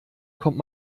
kommt